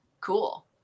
cool